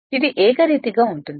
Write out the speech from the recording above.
ఇది ఏకరీతిగా ఉంటుంది